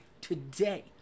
today